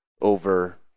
over